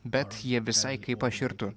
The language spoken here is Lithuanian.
bet jie visai kaip aš ir tu